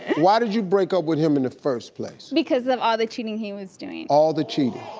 why did you break up with him in the first place? because of all the cheating he was doing. all the cheating.